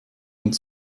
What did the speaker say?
und